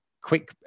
quick